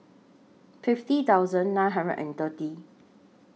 fifty thousand nine hundred and thirty